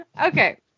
Okay